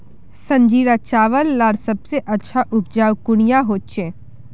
संजीरा चावल लार सबसे अच्छा उपजाऊ कुनियाँ होचए?